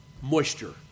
Moisture